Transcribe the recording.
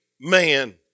man